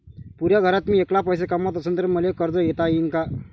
पुऱ्या घरात मी ऐकला पैसे कमवत असन तर मले कर्ज घेता येईन का?